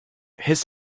his